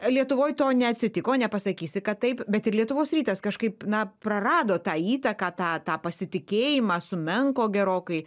lietuvoj to neatsitiko nepasakysi kad taip bet ir lietuvos rytas kažkaip na prarado tą įtaką tą tą pasitikėjimą sumenko gerokai